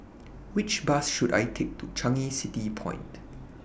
Which Bus should I Take to Changi City Point